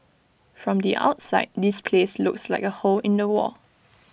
from the outside this place looks like A hole in the wall